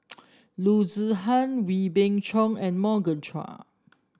Loo Zihan Wee Beng Chong and Morgan Chua